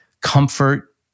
comfort